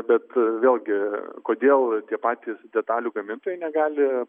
bet vėlgi kodėl tie patys detalių gamintojai negali